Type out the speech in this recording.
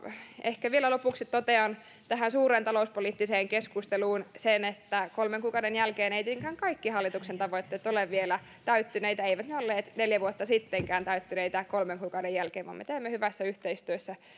ehkä vielä lopuksi totean tähän suureen talouspoliittiseen keskusteluun sen että kolmen kuukauden jälkeen eivät tietenkään kaikki hallituksen tavoitteet ole vielä täyttyneitä eivät ne olleet neljä vuotta sittenkään täyttyneitä kolmen kuukauden jälkeen vaan me teemme hyvässä yhteistyössä